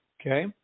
Okay